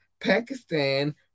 Pakistan